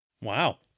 Wow